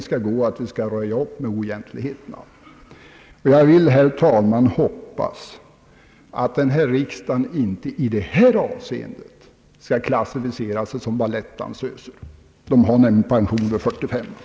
Vi skall gå den andra vägen och röja upp med oegentligheterna. Jag vill, herr talman, hoppas att denna riksdag inte i detta avseende skall klassificera sig som balettdansöser. De får nämligen pension vid 45 år.